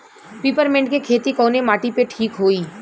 Peppermint के खेती कवने माटी पे ठीक होई?